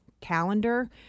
calendar